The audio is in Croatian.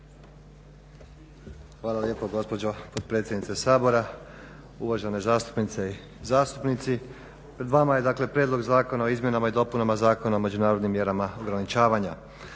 Hvala lijepo gospođo potpredsjednice Sabora. Uvažene zastupnice i zastupnici. Pred vama je dakle prijedlog zakona o izmjenama i dopunama Zakona o međunarodnim mjerama ograničavanja.